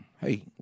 Hey